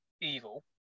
evil